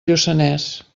lluçanès